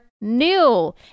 New